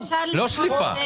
לא שולפים דברים.